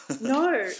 No